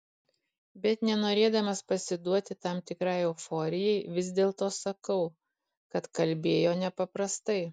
bet nenorėdamas pasiduoti tam tikrai euforijai vis dėlto sakau kad kalbėjo nepaprastai